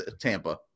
Tampa